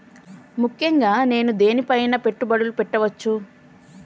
ముఖ్యంగా నేను దేని పైనా పెట్టుబడులు పెట్టవచ్చు?